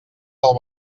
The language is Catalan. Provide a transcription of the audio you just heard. del